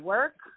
Work